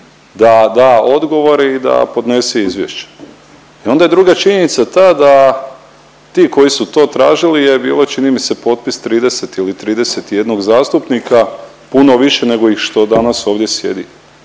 da odgovore i da podnese izvješće. I onda je druga činjenica ta da ti koji su to tražili je bilo čini mi se potpis 30 ili 31 zastupnika puno više nego ih što danas ovdje sjedi.